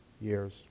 years